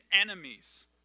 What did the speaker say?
enemies